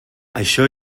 això